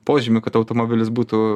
požymių kad automobilis būtų